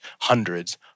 hundreds